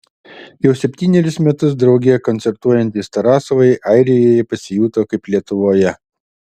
jau septynerius metus drauge koncertuojantys tarasovai airijoje pasijuto kaip lietuvoje